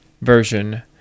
version